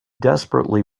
desperately